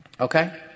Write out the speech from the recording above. Okay